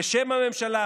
"בשם הממשלה,